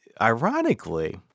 ironically